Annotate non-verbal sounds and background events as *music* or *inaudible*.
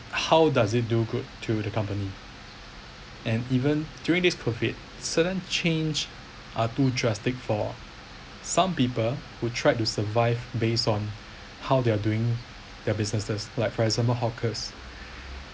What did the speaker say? how does it do good to the company and even during this COVID certain change are too drastic for some people who tried to survive based on *breath* how they're doing their businesses like for example hawkers